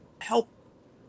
help